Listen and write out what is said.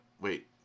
Wait